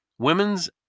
Women's